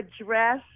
address